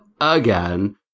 again